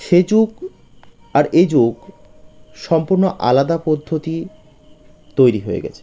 সে যুগ আর এ যুগ সম্পূর্ণ আলাদা পদ্ধতির তৈরি হয়ে গিয়েছে